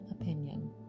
opinion